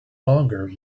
longer